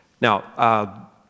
Now